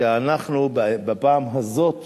שבפעם הזאת